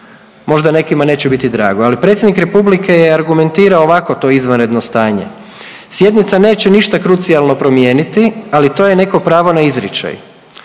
Možda nekima neće biti drago, ali predsjednik Republike je argumentirao ovako to izvanredno stanje. Sjednica neće ništa krucijalno promijeniti, ali to je neko pravo na izričaj.